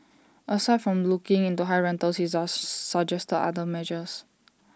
aside from looking into high rentals he suggested other measures